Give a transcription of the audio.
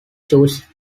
choose